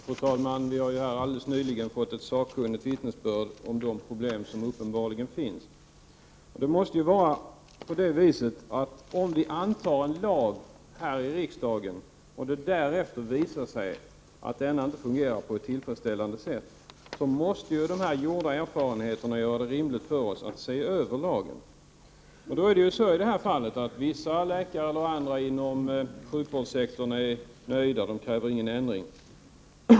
Fru talman! Vi har här alldeles nyss fått vittnesbörd från en sakkunnig om de problem som uppenbarligen finns. Om vi antar en lag här i riksdagen och det därefter visar sig att lagen inte fungerar på ett tillfredsställande sätt, måste gjorda erfarenheter rimligtvis kunna föranleda oss att se över lagen. Vissa läkare eller andra inom sjukvårdssektorn är i det här fallet nöjda och kräver ingen ändring.